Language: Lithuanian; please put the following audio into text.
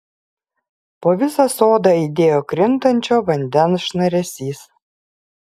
po visą sodą aidėjo krintančio vandens šnaresys